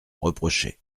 reprocher